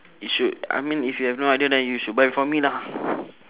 you should I mean if you have no idea then you should buy for me lah